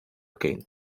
kane